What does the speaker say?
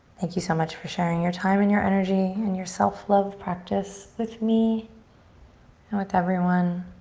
thank you so much for sharing your time and your energy and your self love practice with me and with everyone